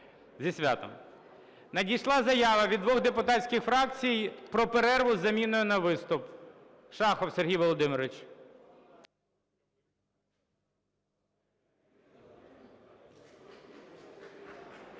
Зі святом! Надійшла заява від двох депутатських фракцій про перерву з заміною на виступ. Шахов Сергій Володимирович.